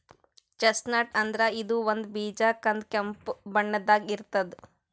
chestnut ಅಂದ್ರ ಇದು ಒಂದ್ ಬೀಜ ಕಂದ್ ಕೆಂಪ್ ಬಣ್ಣದಾಗ್ ಇರ್ತದ್